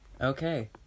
Okay